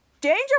Danger